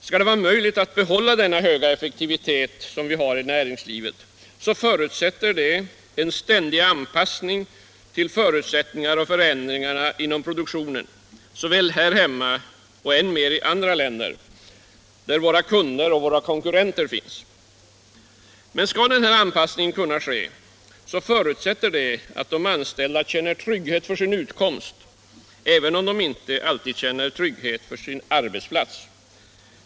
Skall det vara möjligt att behålla den höga effektivitet som vi har i näringslivet, krävs en ständig anpassning till förutsättningarna och förändringarna inom produktionen såväl här hemma som, än mer, i andra länder, där våra kunder och våra konkurrenter finns. Men skall den anpassningen kunna ske måste de anställda känna trygghet för sin utkomst, även om de inte alltid känner trygghet för sin arbetsplats.